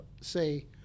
say